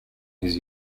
his